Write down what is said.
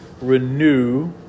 renew